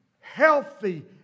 healthy